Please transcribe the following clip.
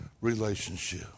relationship